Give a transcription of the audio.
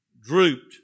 drooped